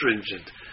stringent